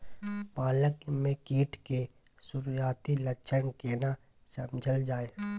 पालक में कीट के सुरआती लक्षण केना समझल जाय?